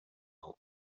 whole